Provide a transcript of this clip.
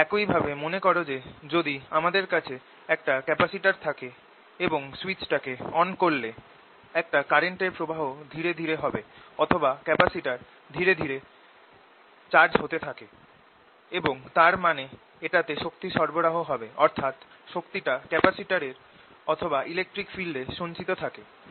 একই ভাবে মনে কর যে যদি আমাদের কাছে একটা ক্যাপাসিটর থাকে এবং সুইচ টাকে অন করলে একটা কারেন্ট এর প্রবাহ ধীরে ধীরে তৈরি হবে অথবা ক্যাপাসিটরে চার্জ ধীরে ধীরে বাড়তে থাকবে এবং তার মানে এটাতে শক্তি সরবরাহ হবে অর্থাৎ শক্তিটা ক্যাপাসিটর অথবা ইলেকট্রিক ফিল্ড এ সঞ্চিত থাকে